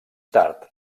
tard